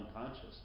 unconscious